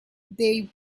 they